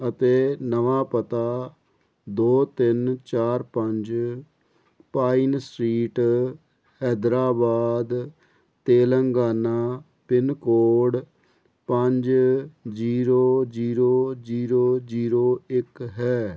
ਅਤੇ ਨਵਾਂ ਪਤਾ ਦੋ ਤਿੰਨ ਚਾਰ ਪੰਜ Pine Street Hyderabad Telangana pin code ਪੰਜ ਜੀਰੋ ਜੀਰੋ ਜੀਰੋ ਜੀਰੋ ਇੱਕ ਹੈ